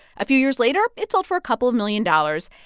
a few years later, it sold for a couple of million dollars.